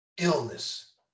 Illness